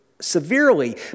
severely